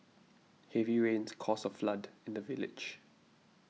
heavy rains caused a flood in the village